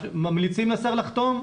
ממליצים לשר לחתום?